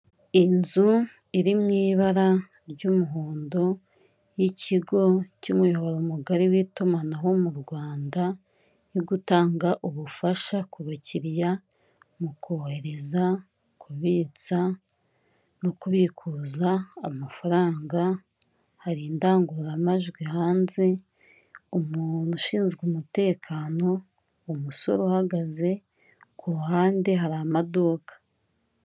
Inzu iri mu ibara ry'umuhondo y'ikigo cy'umuyoboro mugari w'itumanaho mu rwanda, iri gutanga ubufasha ku bakiriya mu kohereza, kubitsa, no kubikuza amafaranga, hari indangururamajwi hanze, umuntu ushinzwe umutekano, umusore uhagaze, ku ruhande hari amaduka.